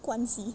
关系